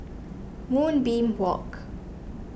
Moonbeam Walk